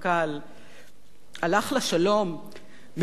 הלך לשלום מתוך רומנטיקה?